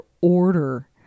order